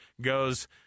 goes